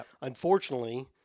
Unfortunately